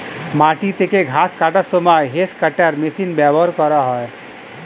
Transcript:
মাটি থেকে ঘাস কাটার সময় হেজ্ কাটার মেশিন ব্যবহার করা হয়